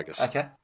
Okay